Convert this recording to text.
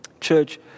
Church